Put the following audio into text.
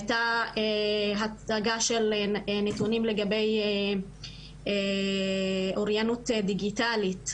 הייתה הצגה של נתונים לגבי אוריינות דיגיטלית,